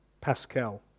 Pascal